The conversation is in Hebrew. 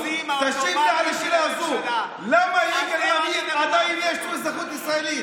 תשיב לי על השאלה הזו: למה ליגאל עמיר יש עדיין אזרחות ישראלית?